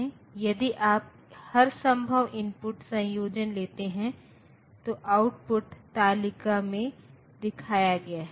यदि आप हर संभव इनपुट संयोजन लेते हैं तो आउटपुट तालिका में दिखाया गया है